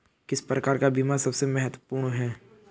किस प्रकार का बीमा सबसे महत्वपूर्ण है?